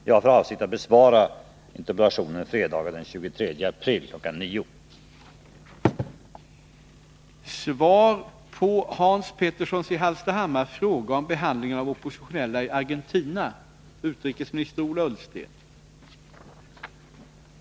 Jag avser att besvara interpellationen måndagen den 11 april 1983.